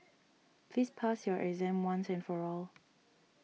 please pass your exam once and for all